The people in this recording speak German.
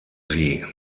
sie